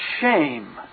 shame